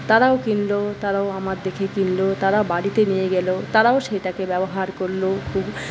তারাও কিনল তারাও আমার দেখে কিনল তারা বাড়িতে নিয়ে গেল তারাও সেটাকে ব্যবহার করল খুব